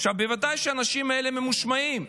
בוודאי שהאנשים האלה ממושמעים,